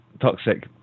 Toxic